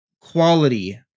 quality